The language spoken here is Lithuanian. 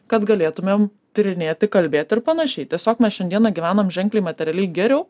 kad galėtumėm tyrinėti kalbėti ir panašiai tiesiog mes šiandieną gyvenam ženkliai materialiai geriau